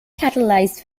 catalyzed